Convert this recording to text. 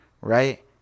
right